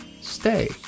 stay